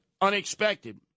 Unexpected